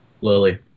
Lily